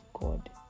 God